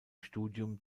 studium